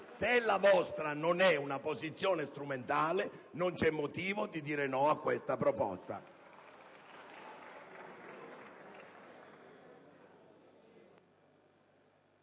Se la vostra non è una posizione strumentale, non c'è motivo di dire no a questa proposta.